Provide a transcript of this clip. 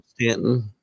Stanton